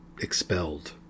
expelled